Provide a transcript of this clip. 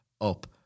up